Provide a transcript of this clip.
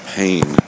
pain